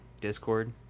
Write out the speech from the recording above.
Discord